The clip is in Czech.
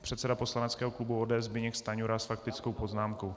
Předseda poslaneckého klubu ODS Zbyněk Stanjura s faktickou poznámkou.